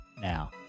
now